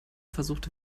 versuchte